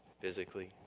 physically